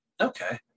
okay